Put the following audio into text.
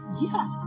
yes